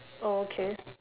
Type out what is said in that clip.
oh okay